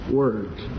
words